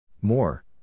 More